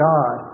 God